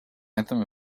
anthem